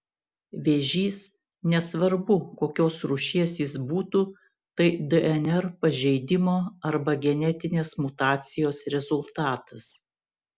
vėžys nesvarbu kokios rūšies jis būtų tai dnr pažeidimo arba genetinės mutacijos rezultatas